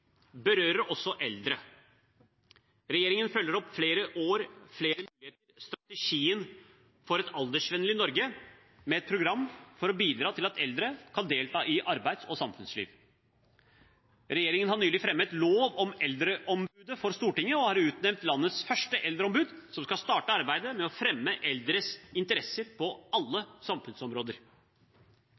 berører også eldre. Regjeringen følger opp «Flere år – flere muligheter – strategien for et aldersvennlig Norge» med et program for å bidra til at eldre kan delta i arbeids- og samfunnsliv. Regjeringen har nylig fremmet lov om eldreombudet for Stortinget og har utnevnt landets første eldreombud, som skal starte arbeidet med å fremme eldres interesser på alle samfunnsområder.